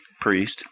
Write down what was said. priest